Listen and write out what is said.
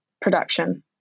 production